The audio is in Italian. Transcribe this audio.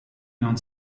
non